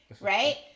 right